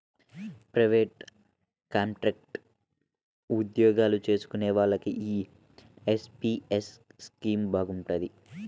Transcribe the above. private, contract ఉద్యోగాలు చేసుకునే వాళ్లకి యీ ఎన్.పి.యస్ స్కీమ్ బాగుంటది